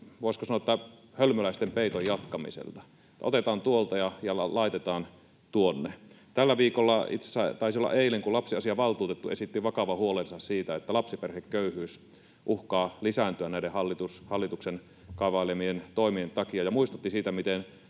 voisiko sanoa, hölmöläisten peiton jatkamiselta eli siltä, että otetaan tuolta ja laitetaan tuonne. Tällä viikolla, itse asiassa taisi olla eilen, lapsiasiavaltuutettu esitti vakavan huolensa siitä, että lapsiperheköyhyys uhkaa lisääntyä näiden hallituksen kaavailemien toimien takia, ja muistutti siitä, miten